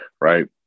right